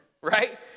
right